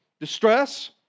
distress